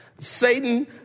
Satan